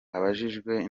abajijwe